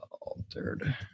altered